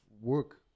work